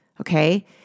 Okay